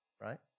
right